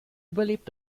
überlebt